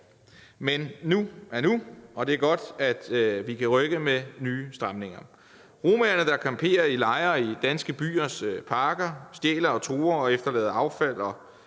Men nu er nu, og det er godt, at vi kan rykke med nye stramninger. Romaerne, der camperer i lejre i danske byers parker, som stjæler og truer og efterlader affald